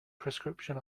prescription